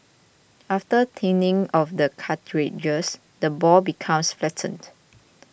after thinning of the cartilages the ball becomes flattened